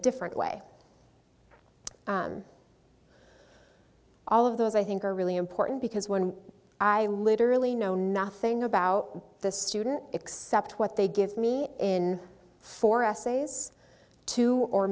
different way all of those i think are really important because one i literally know nothing about the student except what they give me in four essays two or